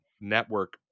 network